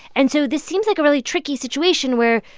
and so this seems like a really tricky situation where,